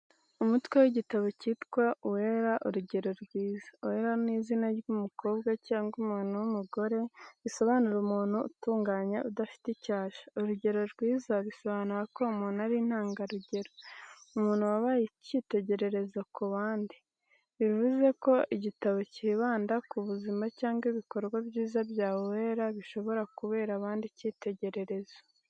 Umutwe w’igitabo kitwa Uwera uregero rwiza. Uwera ni izina ry’umukobwa cyangwa umuntu w’umugore risobanura umuntu utunganye udafite icyasha. Urugero rwiza bisobanura ko uwo muntu ari intangarugero, umuntu wabaye icyitegererezo ku bandi. Bivuze ko igitabo cyibanda ku buzima cyangwa ibikorwa byiza bya Uwera bishobora kubera abandi icyitegererezo.